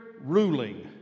ruling